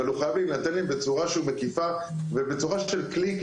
אבל הוא חייב להינתן להם בצורה שהיא מקיפה ובצורה של קליק,